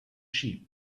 sheep